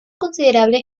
considerable